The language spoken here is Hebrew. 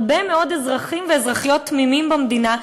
הרבה מאוד אזרחים ואזרחיות תמימים במדינה,